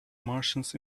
martians